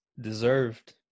deserved